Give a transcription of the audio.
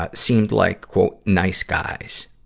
ah seemed like nice guys.